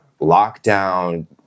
lockdown